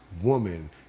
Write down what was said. woman